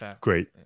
Great